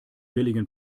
billigen